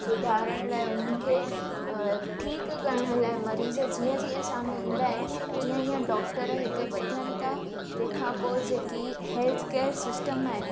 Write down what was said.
सुधारण लाइ उन्हनि खे ठीकु करण लाइ मरीजनि जीअं जीअं साम्हूं इंदा आहिनि ईअं ईअं डॉक्टर हिते वधन था तंहिंखां पोइ जेकि हेल्थ केयर सिस्टम आहिनि